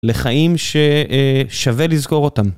לחיים ששווה לזכור אותם.